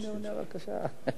אדוני היושב-ראש,